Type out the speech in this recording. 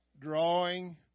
drawing